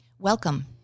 Welcome